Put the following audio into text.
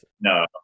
No